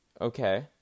Okay